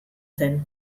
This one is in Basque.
zen